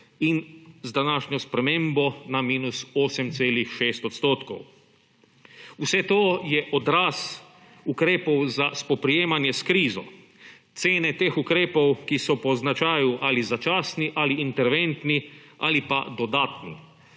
in z današnjo spremembo na –8,6 %. Vse to je odraz ukrepov za spoprijemanje s krizo, cene teh ukrepov, ki so po značaju ali začasni ali interventni ali pa dodatni.